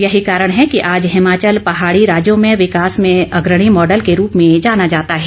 यही कारण है कि आज हिमाचल पहाड़ी राज्यों में विकास में अग्रणी मॉडल के रूप में जाना जाता है